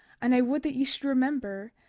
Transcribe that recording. and i would that ye should remember,